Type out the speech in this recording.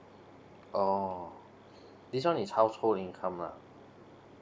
oh this one is household income lah